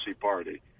party